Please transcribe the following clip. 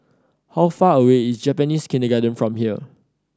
how far away is Japanese Kindergarten from here